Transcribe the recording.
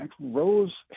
Rose